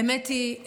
האמת היא,